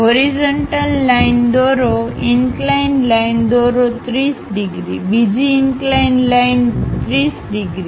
horizontal line દોરો incline line દોરો 30 degree બીજી ઈન્કલાઈન લાઇન 30 ડિગ્રી